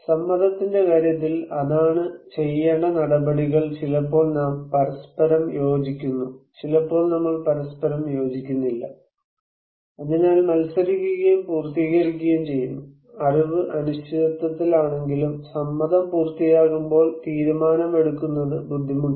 സമ്മതത്തിന്റെ കാര്യത്തിൽ അതാണ് ചെയ്യേണ്ട നടപടികൾ ചിലപ്പോൾ നാം പരസ്പരം യോജിക്കുന്നു ചിലപ്പോൾ നമ്മൾ പരസ്പരം യോജിക്കുന്നില്ല അതിനാൽ മത്സരിക്കുകയും പൂർത്തീകരിക്കുകയും ചെയ്യുന്നു അറിവ് അനിശ്ചിതത്വത്തിലാണെങ്കിലും സമ്മതം പൂർത്തിയാകുമ്പോൾ തീരുമാനമെടുക്കുന്നത് ബുദ്ധിമുട്ടാണ്